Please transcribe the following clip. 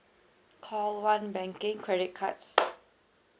call one banking credit cards